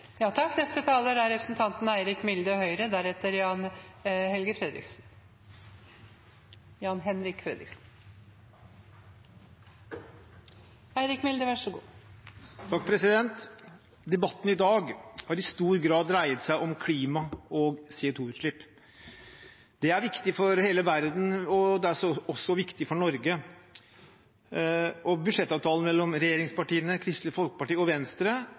Debatten i dag har i stor grad dreid seg om klima og CO 2 -utslipp. Det er viktig for hele verden, og det er også viktig for Norge. Budsjettavtalen mellom regjeringspartiene, Kristelig Folkeparti og Venstre